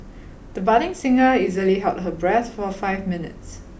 the budding singer easily held her breath for five minutes